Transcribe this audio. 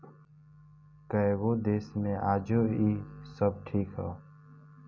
कएगो देश मे आजो इ सब ठीक ह